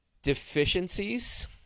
deficiencies